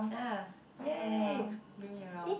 ya !yay! bring me around